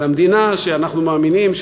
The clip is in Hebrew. במדינה שאנחנו מאמינים,